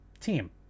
team